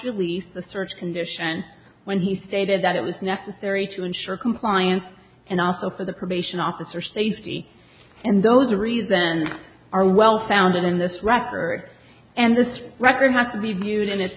release the search condition when he stated that it was necessary to ensure compliance and also for the probation officer safety and those three then are well founded in this record and this record have to be viewed in it